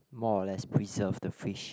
more or less preserve the fish